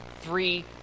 three